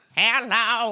hello